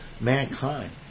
mankind